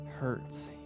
hurts